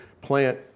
plant